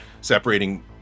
separating